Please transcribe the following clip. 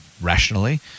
rationally